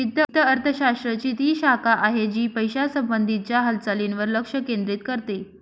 वित्त अर्थशास्त्र ची ती शाखा आहे, जी पैशासंबंधी च्या हालचालींवर लक्ष केंद्रित करते